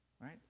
Right